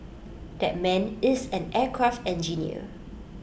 that man is an aircraft engineer